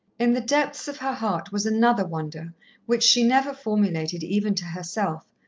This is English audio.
in the depths of her heart was another wonder which she never formulated even to herself,